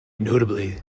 notably